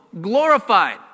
glorified